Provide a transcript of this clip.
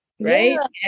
Right